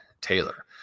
Taylor